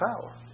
power